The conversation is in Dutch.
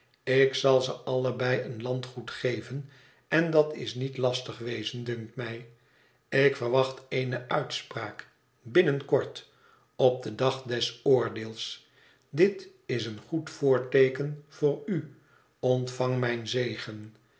ik zal ze allebei een landgoed geven en dat is niet lastig wezen dunkt mij ik verwacht eene uitspraak binnen kort op den dag des oordeels dit is een goed voorteeken voor u ontvang mijn zegen